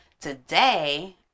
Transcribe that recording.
Today